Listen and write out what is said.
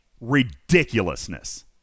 ridiculousness